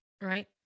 right